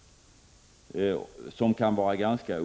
Herr talman!